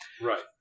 Right